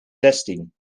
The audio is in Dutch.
zestien